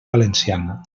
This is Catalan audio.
valenciana